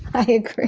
i agree.